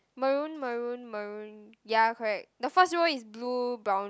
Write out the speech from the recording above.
maroon maroon maroon ya correct the first row is blue brown